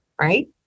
right